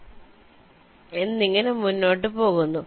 എന്നിങ്ങനെ മുന്നോട്ട് പോകുന്നു